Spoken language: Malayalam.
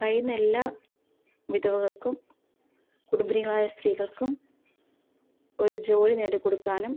കഴിയുന്ന എല്ലാ വിധവകൾക്കും കുടുംബിനികളായ സ്ത്രീകൾക്കും ഒരു ജോലി നേടി കൊടുക്കാനും